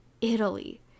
Italy